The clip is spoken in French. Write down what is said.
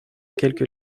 quelques